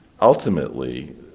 ultimately